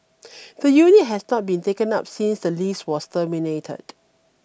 the unit has not been taken up since the lease was terminated